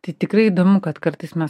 tai tikrai įdomu kad kartais mes